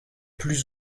plus